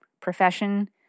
profession